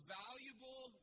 valuable